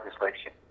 legislation